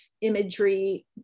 imagery